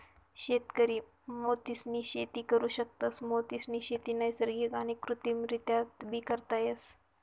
शेतकरी मोतीसनी शेती करु शकतस, मोतीसनी शेती नैसर्गिक आणि कृत्रिमरीत्याबी करता येस